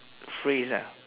phrase ah